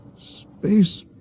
space